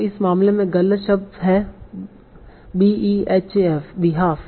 तो इस मामले में गलत शब्द है b e h a f